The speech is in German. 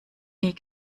nie